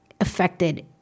affected